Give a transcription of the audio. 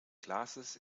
glasses